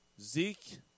Zeke